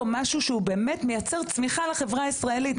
משהו שמייצר באמת צמיחה לחברה הישראלית.